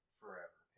forever